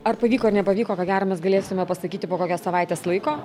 ar pavyko ar nepavyko ko gero mes galėsime pasakyti po kokios savaitės laiko